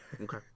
Okay